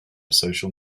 social